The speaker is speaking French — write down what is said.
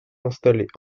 installés